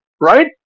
right